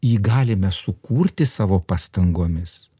jį galime sukurti savo pastangomis